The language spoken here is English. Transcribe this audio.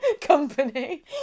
Company